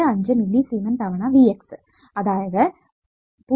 75 millisiemens തവണ vx അതായത് 0